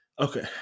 Okay